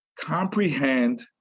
comprehend